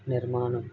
నిర్మాణం